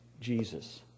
Jesus